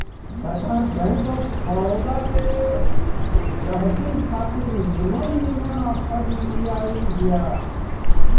सरकार bank of Baroda के गहकिन खातिर निमन निमन आफर लियाइल बिया